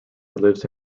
lives